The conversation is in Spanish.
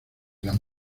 las